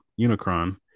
Unicron